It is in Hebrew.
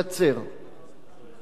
ואנחנו עוד ממתינים להחלטה,